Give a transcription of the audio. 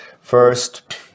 first